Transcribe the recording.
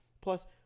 Plus